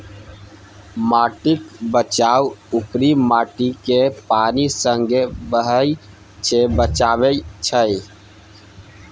माटिक बचाउ उपरी माटिकेँ पानि संगे बहय सँ बचाएब छै